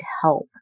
help